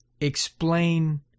explain